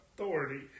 Authority